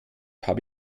habe